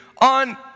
on